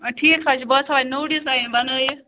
ٹھیٖک حظ چھُ بہٕ حظ تھاوے نوٚو ڈِزایِن بَنٲِتھ